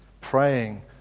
praying